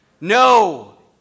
No